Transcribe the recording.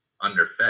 underfed